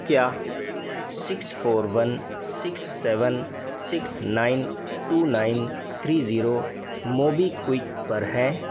क्या six four one six seven six nine two nine three zero MobiKwik पर है